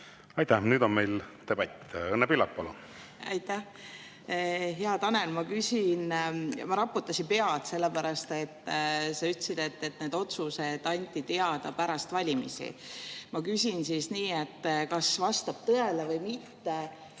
Aitäh! Nüüd on meil debatt. Õnne Pillak, palun! Aitäh! Hea Tanel! Ma raputasin pead sellepärast, et sa ütlesid, et need otsused anti teada pärast valimisi. Ma küsin siis nii: kas vastab tõele või mitte,